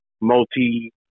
multi